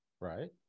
Right